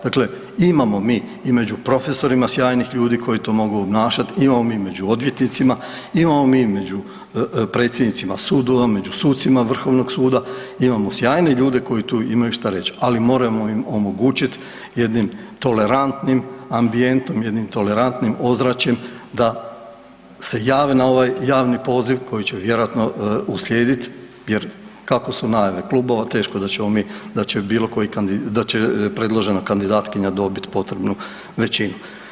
Dakle, imamo mi i među profesorima sjajnih ljudi koji to mogu obnašat, imamo mi i među odvjetnicima, imamo mi i među predsjednicima sudova, među sucima vrhovnog suda, imamo sjajne ljude koji tu imaju šta reć, ali moramo im omogućit jednim tolerantnim ambijentom, jednim tolerantnim ozračjem da se jave na ovaj javni poziv koji će vjerojatno uslijedit jer kako su najave klubova teško da ćemo mi, da će bilo koji kandidat, da će predložena kandidatkinja dobiti potrebnu većinu.